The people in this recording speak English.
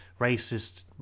racist